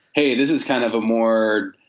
hey, this is kind of a more.